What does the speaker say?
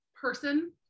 person